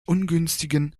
ungünstigen